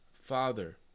Father